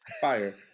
Fire